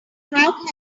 frog